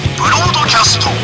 Broadcast